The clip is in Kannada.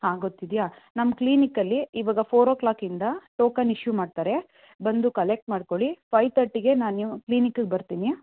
ಹಾಂ ಗೊತ್ತಿದೆಯಾ ನಮ್ಮ ಕ್ಲೀನಿಕ್ಕಲ್ಲಿ ಇವಾಗ ಫೋರ್ ಒ ಕ್ಲಾಕಿಂದ ಟೋಕನ್ ಇಶ್ಯೂ ಮಾಡ್ತಾರೆ ಬಂದು ಕಲೆಕ್ಟ್ ಮಾಡ್ಕೊಳ್ಳಿ ಫೈವ್ ತರ್ಟಿಗೆ ನಾನು ಕ್ಲಿನಿಕ್ಕಿಗೆ ಬರ್ತೀನಿ